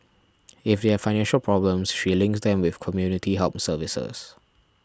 if they have financial problems she links them with community help services